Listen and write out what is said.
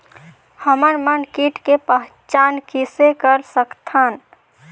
हमन मन कीट के पहचान किसे कर सकथन?